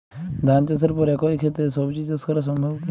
ধান চাষের পর একই ক্ষেতে সবজি চাষ করা সম্ভব কি?